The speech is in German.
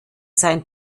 sein